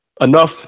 enough